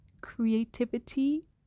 creativity